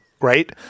Right